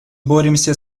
боремся